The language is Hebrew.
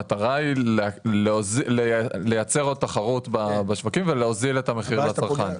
המטרה היא לייצר עוד תחרות בשווקים ולהוזיל את המחיר לצרכן.